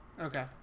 Okay